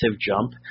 jump